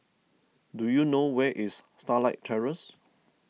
do you know where is Starlight Terrace